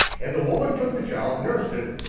and the woman took the child, nursed it,